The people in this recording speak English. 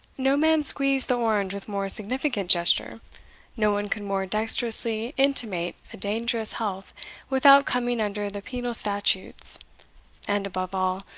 no man squeezed the orange with more significant gesture no one could more dexterously intimate a dangerous health without coming under the penal statutes and, above all,